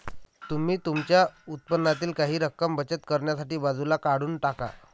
तुम्ही तुमच्या उत्पन्नातील काही रक्कम बचत करण्यासाठी बाजूला काढून टाका